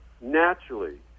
naturally